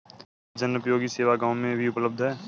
क्या जनोपयोगी सेवा गाँव में भी उपलब्ध है?